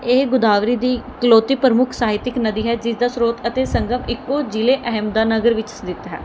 ਇਹ ਗੋਦਾਵਰੀ ਦੀ ਇਕਲੌਤੀ ਪ੍ਰਮੁੱਖ ਸਹਾਇਤਿਕ ਨਦੀ ਹੈ ਜਿਸ ਦਾ ਸਰੋਤ ਅਤੇ ਸੰਗਮ ਇੱਕੋ ਜ਼ਿਲ੍ਹੇ ਅਹਿਮਦਾਨਗਰ ਵਿੱਚ ਸਥਿਤ ਹੈ